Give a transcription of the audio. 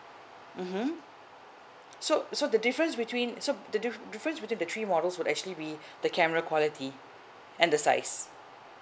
mmhmm so so the difference between so the diff~ difference between the three models would actually be the camera quality and the size